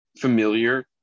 familiar